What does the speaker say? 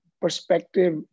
perspective